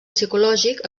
psicològic